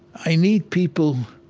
i need people